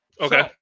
Okay